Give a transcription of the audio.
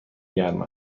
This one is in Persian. گرم